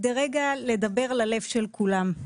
כדי רגע לדבר ללב של כולם.